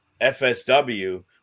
FSW